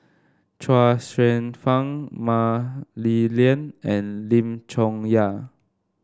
Chuang Hsueh Fang Mah Li Lian and Lim Chong Yah